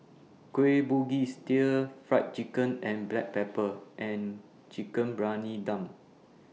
Kueh Bugis Stir Fried Chicken and Black Pepper and Chicken Briyani Dum